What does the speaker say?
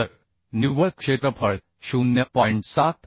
तर निव्वळ क्षेत्रफळ 0